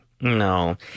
No